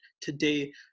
today